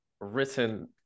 written